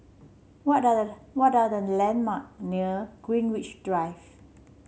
what are the what are the landmark near Greenwich Drive